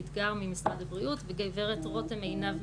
גם ממשרד הבריאות וגברת רותם עינב,